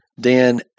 Dan